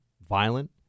violent